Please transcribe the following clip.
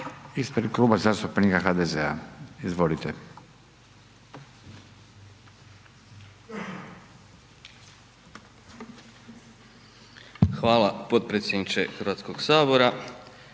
Hvala potpredsjedniče Hrvatskog sabora.